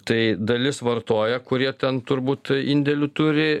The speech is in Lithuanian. tai dalis vartoja kurie ten turbūt indėlių turi